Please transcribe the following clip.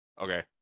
Okay